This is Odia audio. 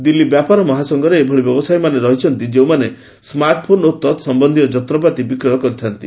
ଦିଲ୍ଲୀ ବ୍ୟାପାର ମହାସଂଘରେ ଏଭଳି ବ୍ୟବସାୟୀମାନେ ରହିଛନ୍ତି ଯେଉଁମାନେ ସ୍କାର୍ଟଫୋନ୍ ଓ ତତ୍ସମ୍ୟନ୍ଧୀୟ ଯନ୍ତ୍ରପାତି ବିକ୍ରୟ କରିଥାନ୍ତି